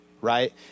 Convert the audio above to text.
right